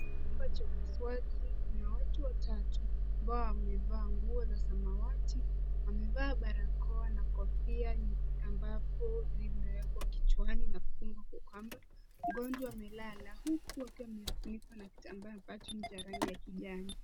Chumba cha upasuaji, kuna watu watatu ambao wamevaa nguo za samawati, wamevaa barakoa na kofia ambavyo vimewekwa kichwa na kufungwa kwa kamba. Mgonjwa amelala huku akiwa amefunikwa na kitambaa ambacho ni cha rangi ya kijani.